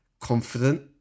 confident